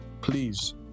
Please